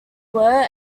were